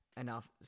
enough